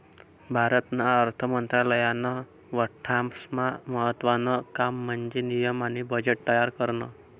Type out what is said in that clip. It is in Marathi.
भारतना अर्थ मंत्रालयानं बठ्ठास्मा महत्त्वानं काम म्हन्जे नियम आणि बजेट तयार करनं